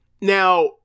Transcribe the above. Now